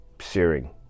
searing